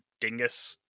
dingus